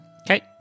Okay